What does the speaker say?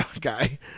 guy